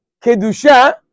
Kedusha